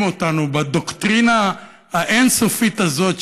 אותנו בדוקטרינה האין-סופית הזאת,